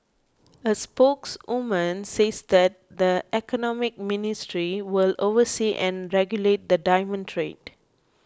a spokeswoman says that the Economy Ministry will oversee and regulate the diamond trade